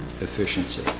efficiency